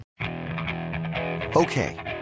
Okay